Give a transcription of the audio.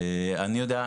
אני יודע,